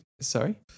Sorry